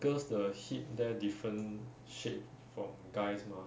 cause girls the hip there different shape from guys mah